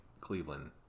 Cleveland